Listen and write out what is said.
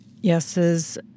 yeses